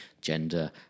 gender